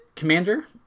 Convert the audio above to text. Commander